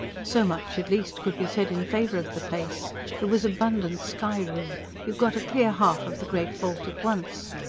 so much, at least, could be said in favour of the place there was abundant sky-room you got a clear half of the great vault at once.